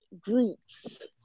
groups